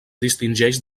distingeix